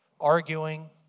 arguing